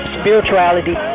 spirituality